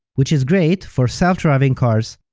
which is great for self-driving cars,